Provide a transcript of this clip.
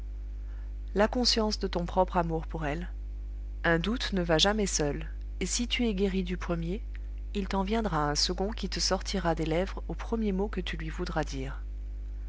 la conscience de ton propre amour pour elle un doute ne va jamais seul et si tu es guéri du premier il t'en viendra un second qui te sortira des lèvres aux premiers mots que tu lui voudras dire